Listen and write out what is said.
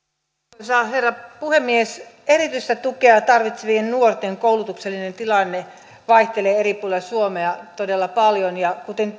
arvoisa herra puhemies erityistä tukea tarvitsevien nuorten koulutuksellinen tilanne vaihtelee eri puolilla suomea todella paljon ja kuten